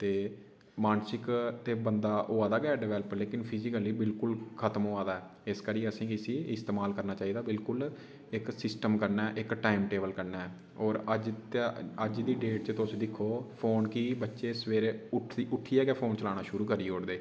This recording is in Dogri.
ते मानसिक बंदा ते होआ दा गै डेवलप लेकिन फिजिकली बिलकुल खत्म होआ दा ऐ इस करियै असें गी इसी इस्तेमाल करना चाहिदा बिल्कुल इक सिस्टम कन्नै इक टाइम टेबल कन्नै होर अज्ज दी डेट च तुस दिक्खो फोन गी बच्चे सबैह्रे उट्ठियै गै फोन चलाना शुरू करी ओड़दे